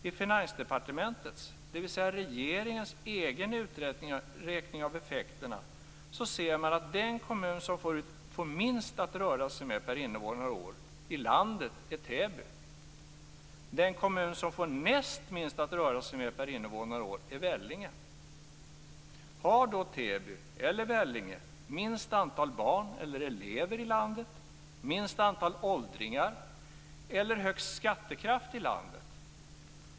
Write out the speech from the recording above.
I Finansdepartementets, dvs. regeringens, egen uträkning av effekterna ser man att den kommun som får minst att röra sig med per invånare och år i landet är Täby. Den kommun som får näst minst att röra sig med per invånare och år är Vellinge. Har då Täby eller Vellinge minst antal barn eller elever i landet, minst antal åldringar eller högst skattekraft i landet?